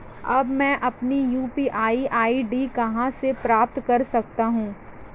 अब मैं अपनी यू.पी.आई आई.डी कहां से प्राप्त कर सकता हूं?